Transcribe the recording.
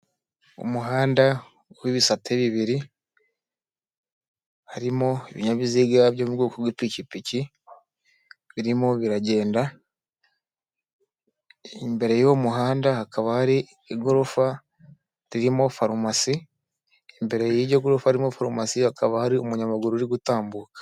Umuhanda w'ibisate bibiri harimo ibinyabiziga byo m'ubwoko bw'ikipiki birimo biragenda imbere yuwo muhanda haka igorofa ririmo farumasi imbere y'iyo gufa harimo forumasi hakaba hari umunyamaguru uri gutambuka.